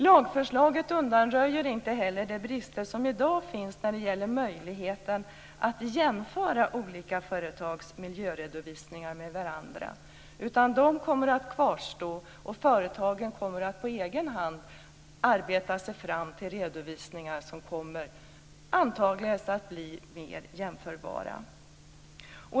Lagförslaget undanröjer inte heller de brister som i dag finns när det gäller möjligheten att jämföra olika företags miljöredovisningar med varandra. De kommer att kvarstå, och företagen kommer att på egen hand arbeta sig fram till redovisningar som antagligen kommer att bli mer jämförbara.